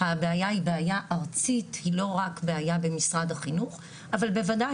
הבעיה היא בעיה ארצית היא לא במשרד החינוך אבל בוודאי